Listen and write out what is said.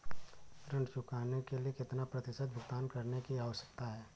ऋण चुकाने के लिए कितना प्रतिशत भुगतान करने की आवश्यकता है?